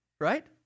Right